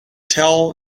tell